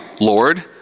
Lord